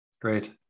great